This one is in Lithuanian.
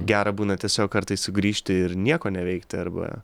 gera būna tiesiog kartais sugrįžti ir nieko neveikti arba